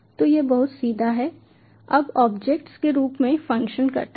तो यह बहुत सीधा है अब ऑब्जेक्ट्स के रूप में फ़ंक्शन करता है